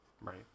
Right